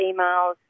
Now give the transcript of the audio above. emails